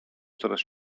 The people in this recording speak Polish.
coraz